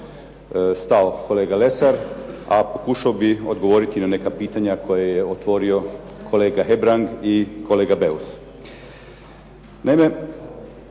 stao kolega Lesar, a pokušao bih odgovoriti na neka pitanja koja je otvorio kolega Hebrang i kolega Beus.